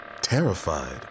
Terrified